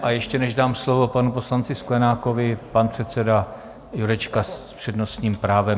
A ještě než dám slovo panu poslanci Sklenákovi, pan předseda Jurečka s přednostním právem.